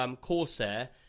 Corsair